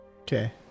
Okay